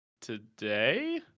today